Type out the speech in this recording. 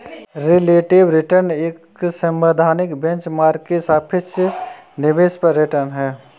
relative return एक सैद्धांतिक benchmark के सापेक्ष निवेश पर रिटर्न है